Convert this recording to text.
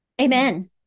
Amen